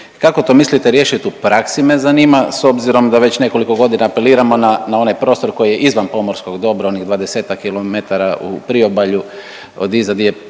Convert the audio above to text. Kako to mislite riješiti u praksi me zanima s obzirom da već nekoliko godina apeliramo na onaj prostor koji je izvan pomorskog dobra, onih 20-ak kilometara u priobalju od iza di je